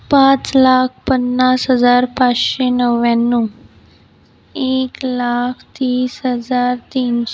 पाच लाख पन्नास हजार पाचशे नव्व्याण्णव एक लाख तीस हजार तीनशे वीस दोन लाख पन्नास हजार सहाशे ऐंशी पंचवीस लाख दोन हजार दोनशे वीस पाच लाख पाच हजार पाचशे वीस